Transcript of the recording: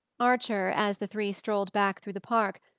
archer, as the three strolled back through the park,